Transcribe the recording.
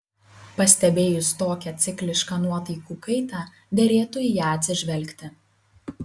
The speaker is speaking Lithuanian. pastebėjus tokią ciklišką nuotaikų kaitą derėtų į ją atsižvelgti